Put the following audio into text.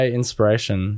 inspiration